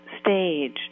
stage